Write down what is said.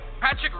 Patrick